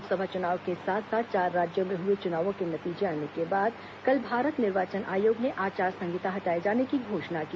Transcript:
लोकसभा चुनाव के साथ साथ चार राज्यों में हुए चुनावों के नतीजे आने के बाद कल भारत निर्वाचन आयोग ने आचार संहिता हटाए जाने की घोषणा की